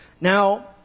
Now